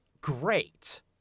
great